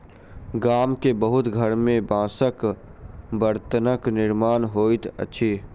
गाम के बहुत घर में बांसक बर्तनक निर्माण होइत अछि